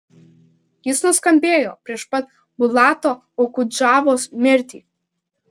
jis nuskambėjo prieš pat bulato okudžavos mirtį